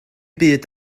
byd